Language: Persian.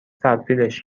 تبدیلش